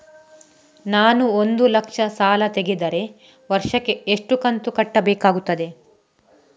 ನಾನು ಒಂದು ಲಕ್ಷ ಸಾಲ ತೆಗೆದರೆ ವರ್ಷಕ್ಕೆ ಎಷ್ಟು ಕಂತು ಕಟ್ಟಬೇಕಾಗುತ್ತದೆ?